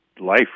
life